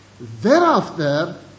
Thereafter